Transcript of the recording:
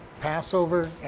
Passover